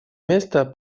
место